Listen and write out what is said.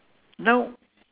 now